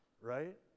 right